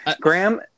Graham